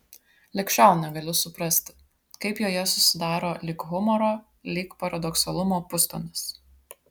lig šiol negaliu suprasti kaip joje susidaro lyg humoro lyg paradoksalumo pustonis